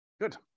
Good